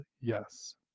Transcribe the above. yes